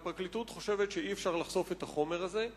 והפרקליטות חושבת שאי-אפשר לחשוף את החומר הזה.